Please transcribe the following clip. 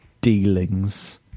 dealings